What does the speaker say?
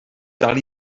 dal